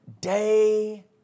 day